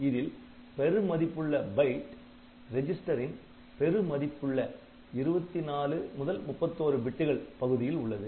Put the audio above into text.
இதில் பெரு மதிப்புள்ள பைட் ரெஜிஸ்டரின் பெரு மதிப்புள்ள 24 முதல் 31 பிட்டுகள் பகுதியில் உள்ளது